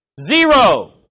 Zero